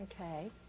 Okay